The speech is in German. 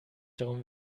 darum